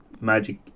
magic